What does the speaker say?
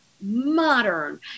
modern